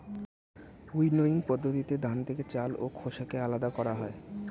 winnowing পদ্ধতিতে ধান থেকে চাল ও খোসাকে আলাদা করা হয়